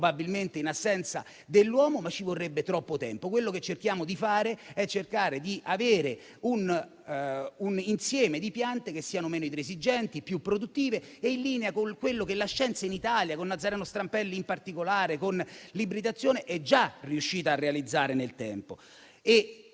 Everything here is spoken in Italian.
probabilmente in assenza dell'uomo, ma per il quale ci vorrebbe troppo tempo. Cerchiamo di avere un insieme di piante che siano meno idroesigenti, più produttive e in linea con quello che la scienza in Italia - con quello che Nazareno Strampelli, in particolare - con l'ibridazione, è già riuscita a realizzare nel tempo.